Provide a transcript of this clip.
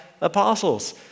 apostles